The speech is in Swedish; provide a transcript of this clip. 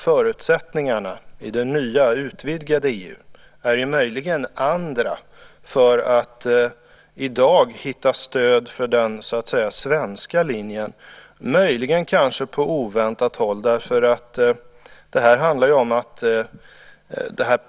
Förutsättningarna i det nya, utvidgade EU är möjligen bättre för att i dag hitta stöd för den så att säga svenska linjen från kanske oväntat håll.